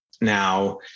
now